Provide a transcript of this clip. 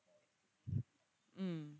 mm